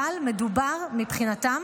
אבל מדובר מבחינתם